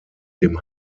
dem